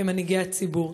כמנהיגי הציבור.